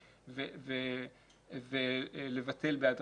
בלי אישור הוועדה ולכן יש לנו כאן על